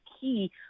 key